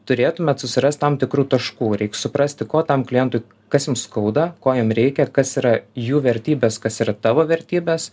turėtumėt susirast tam tikrų taškų reik suprasti ko tam klientui kas jam skauda ko jam reikia kas yra jų vertybės kas yra tavo vertybės